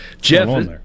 Jeff